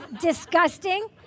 Disgusting